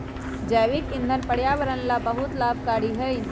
जैविक ईंधन पर्यावरण ला बहुत लाभकारी हई